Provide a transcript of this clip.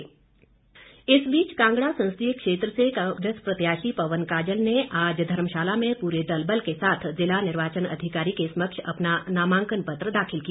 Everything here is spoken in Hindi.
काजल इस बीच कांगड़ा संसदीय क्षेत्र से कांग्रेस प्रत्याशी पवन काजल ने आज धर्मशाला में पूरे दलबल के साथ जिला निर्वाचन अधिकारी के समक्ष अपना नामांकन पत्र दाखिल किया